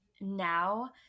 Now